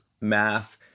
math